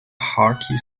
hearty